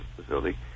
Facility